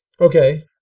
Okay